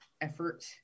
effort